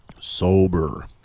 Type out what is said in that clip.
Sober